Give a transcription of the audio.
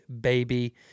baby